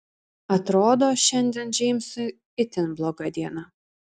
atrodo šiandien džeimsui itin bloga diena